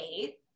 eight